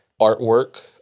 artwork